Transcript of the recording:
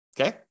okay